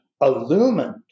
illumined